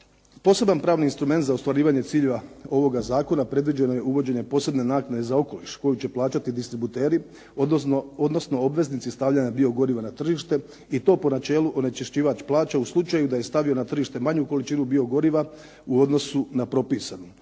poseban pravni instrument za ostvarivanje ciljeva ovoga zakona predviđeno je uvođenje posebne naknade za okoliš koju će plaćati distributeri, odnosno obveznici stavljanja biogoriva na tržište i to po načelu onečišćivač plaća u slučaju da je stavio na tržište manju količinu biogoriva u odnosu na propisanu.